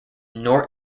nor